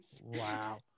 Wow